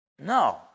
No